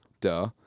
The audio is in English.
Duh